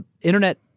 internet